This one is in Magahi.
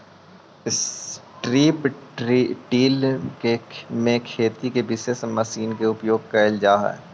स्ट्रिप् टिल में खेती में विशेष मशीन के उपयोग कैल जा हई